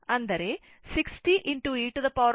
ಅದು t0 ಆದಾಗ e 25 milliampere ಆಗಿರುತ್ತದೆ